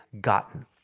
gotten